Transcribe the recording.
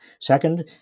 Second